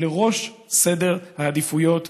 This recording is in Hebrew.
לראש סדר העדיפויות,